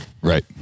Right